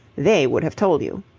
they would have told you.